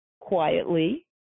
quietly